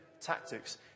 tactics